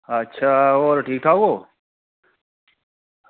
अच्छा होर ठीक ठाक ओ